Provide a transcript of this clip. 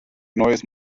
neues